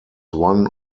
one